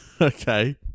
Okay